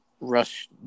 rush